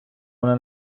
вона